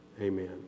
Amen